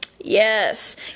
Yes